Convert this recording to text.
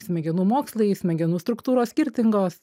smegenų mokslai smegenų struktūros skirtingos